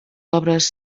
obres